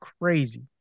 crazy